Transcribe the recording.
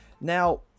Now